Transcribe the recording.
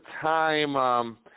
time